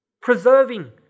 preserving